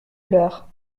leur